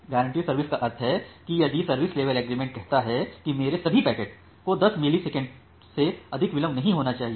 guarantee service का अर्थ है यदि सर्विस लेवल एग्रीमेंट कहता है कि मेरे सभी पैकेट को 10 मिली सेकंड से अधिक विलंब नहीं होना चाहिए